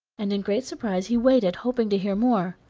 and in great surprise he waited, hoping to hear more.